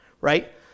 right